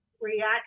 react